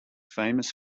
famous